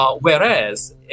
Whereas